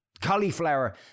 cauliflower